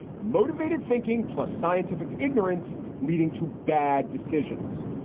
motivated thinking, plus scientific ignorance leading to bad decisions.